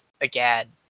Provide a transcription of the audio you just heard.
again